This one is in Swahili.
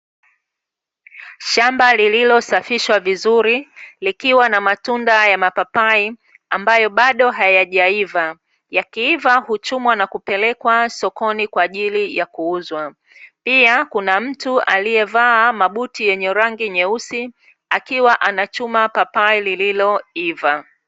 Shamba lililosafishwa vizuri, likiwa na matunda ya mapapai, ambayo bado hayajaiva, yakiiva huchumwa na kupelekwa sokoni kwa ajili ya kuuzwa, pia kuna mtu aliyevaa mabuti yenye rangi nyeusi akiwa anachuma papai lililoiva.